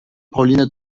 pauline